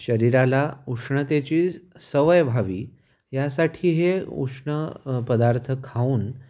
शरीराला उष्णतेची सवय व्हावी यासाठी हे उष्ण पदार्थ खाऊन